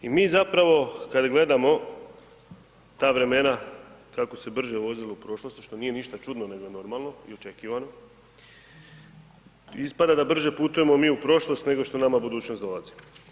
I mi zapravo kad gledamo ta vremena kako se brže vozilo u prošlosti što nije ništa čudno nego je normalno i očekivano, ispada da brže putujemo mi u prošlost nego što nama budućnost dolazi.